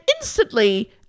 instantly